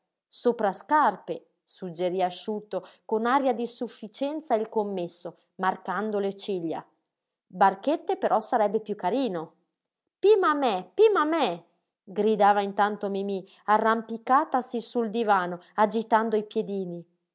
forestiera soprascarpe suggerí asciutto con aria di sufficienza il commesso marcando le ciglia barchette però sarebbe piú carino pima a me pima a me gridava intanto mimí arrampicatasi sul divano agitando i piedini